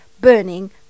burning